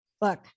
Look